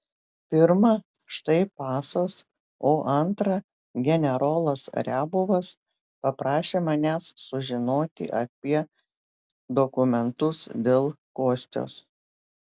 pirma štai pasas o antra generolas riabovas paprašė manęs sužinoti apie dokumentus dėl kostios